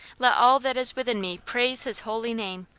let all that is within me praise his holy name!